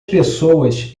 pessoas